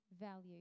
value